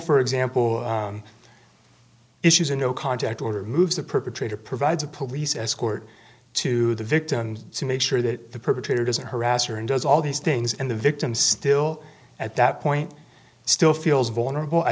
for example issues a no contact order moves the perpetrator provides a police escort to the victim to make sure that the perpetrator doesn't harass her and does all these things and the victim still at that point still feels vulnerable i